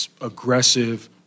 aggressive